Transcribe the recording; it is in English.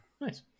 Nice